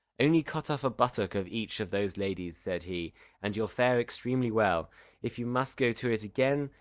only cut off a buttock of each of those ladies said he and you'll fare extremely well if you must go to it again,